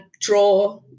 draw